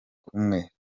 kumwe